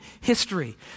history